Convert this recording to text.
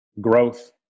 growth